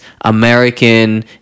American